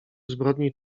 zbrodni